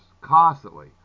constantly